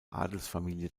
adelsfamilie